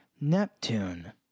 Neptune